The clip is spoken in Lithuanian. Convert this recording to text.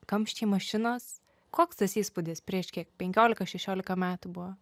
kamščiai mašinos koks tas įspūdis prieš kiek penkiolika šešiolika metų buvo